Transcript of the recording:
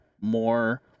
more